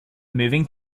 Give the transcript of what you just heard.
moving